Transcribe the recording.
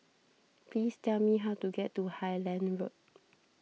please tell me how to get to Highland Road